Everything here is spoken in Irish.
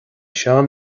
seán